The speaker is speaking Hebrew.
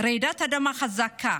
רעידת אדמה חזקה,